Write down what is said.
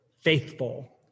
faithful